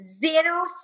zero